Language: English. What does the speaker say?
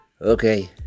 okay